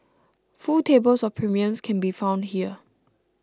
full tables of premiums can be found here